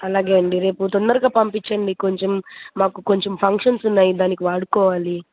అలాగే అండి రేపు తొందరగా పంపించండి కొంచెం మాకు కొంచెం ఫంక్షన్స్ ఉన్నాయి దానికి వాడుకోవాలి